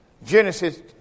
Genesis